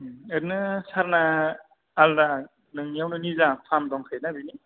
ओरैनो सारना आलदा नोंनियाव निजा फार्म दंखायोना बिनि